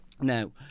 Now